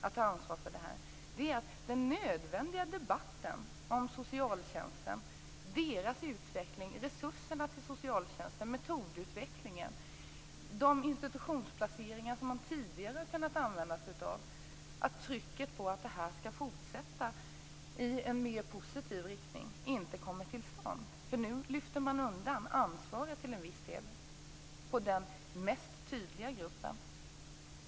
Det gäller ju den nödvändiga debatten om socialtjänsten och dess utveckling - resurserna till socialtjänsten, metodutvecklingen och de institutionsplaceringar som man tidigare har kunnat använda sig av - men också att trycket på att detta skall fortsätta i en mera positiv riktning inte kommer till stånd. Nu lyfter man ju till en viss del undan ansvaret på den tydligaste gruppen.